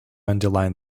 underline